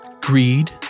greed